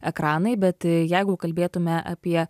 ekranai bet jeigu kalbėtume apie